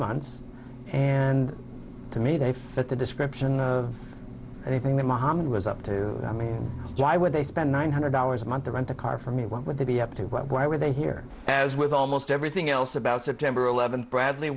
months and to me they fit the description of anything that muhammad was up to i mean why would they spend nine hundred dollars a month to rent that are for me what would they be up to why were they here as with almost everything else about september eleventh bradley